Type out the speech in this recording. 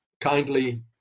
kindly